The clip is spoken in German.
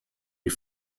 die